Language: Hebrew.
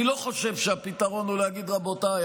אני לא חושב שהפתרון הוא להגיד: רבותיי,